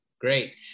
great